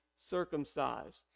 circumcised